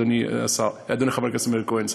אדוני חבר הכנסת מאיר כהן,